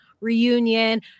reunion